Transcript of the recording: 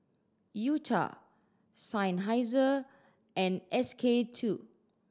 U Cha Seinheiser and S K Two